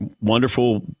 wonderful